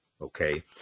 Okay